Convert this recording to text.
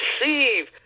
receive